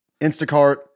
Instacart